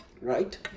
Right